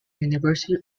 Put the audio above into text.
university